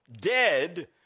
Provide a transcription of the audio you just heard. dead